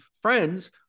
friends